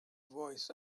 voice